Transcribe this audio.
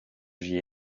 j’y